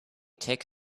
take